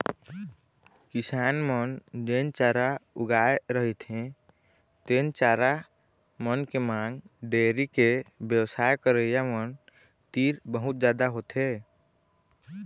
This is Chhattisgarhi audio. किसान मन जेन चारा उगाए रहिथे तेन चारा मन के मांग डेयरी के बेवसाय करइया मन तीर बहुत जादा होथे